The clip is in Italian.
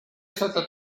stata